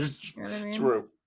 True